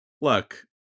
Look